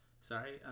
sorry